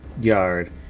yard